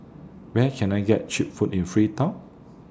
Where Can I get Cheap Food in Freetown